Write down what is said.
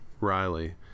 Riley